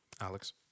Alex